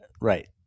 right